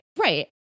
Right